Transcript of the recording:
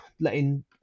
letting